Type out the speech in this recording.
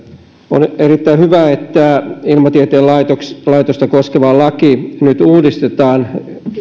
on erittäin hyvä että ilmatieteen laitosta koskeva laki nyt uudistetaan